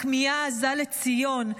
הכמיהה העזה לציון,